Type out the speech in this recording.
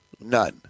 None